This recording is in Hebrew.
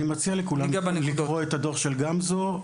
אני מציע לכולם לקרוא את הדוח של גמזו.